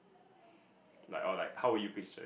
like or like how would you picture